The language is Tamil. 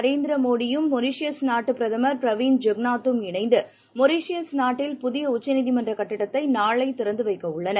நரேந்திரமோடியுடன் மொரிஷியஸ் நாட்டுபிரதமர் பிரவீந்த் ஐகந்நாத் மொரிஷியஸ் நாட்டில் புதியஉச்சிநீதிமன்றகட்டிடத்தைநாளைதிறந்துவைக்கஉள்ளனர்